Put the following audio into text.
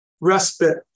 respite